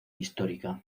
histórica